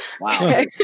Wow